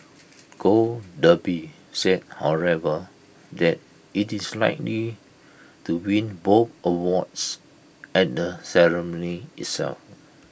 gold Derby said however that IT is likely to win both awards at the ceremony itself